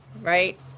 right